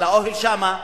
אבל האוהל שמה,